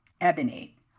ebony